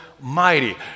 mighty